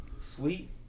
sweet